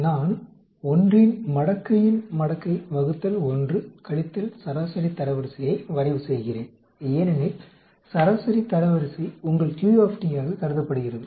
நான் 1இன் மடக்கையின் மடக்கை வகுத்தல் 1 கழித்தல் சராசரி தரவரிசையை வரைவு செய்கிறேன் ஏனெனில் சராசரி தரவரிசை உங்கள் Q ஆகக் கருதப்படுகிறது